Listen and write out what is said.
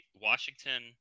Washington